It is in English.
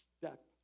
step